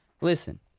Listen